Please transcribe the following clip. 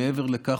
מעבר לכך,